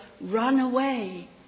runaway